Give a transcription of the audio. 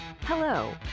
Hello